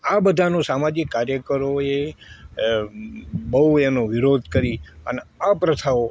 આ બધાનો સામાજિક કાર્યકરોએ બહું એનો વિરોધ કરી અને આ પ્રથાઓ